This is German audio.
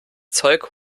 zeug